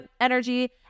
energy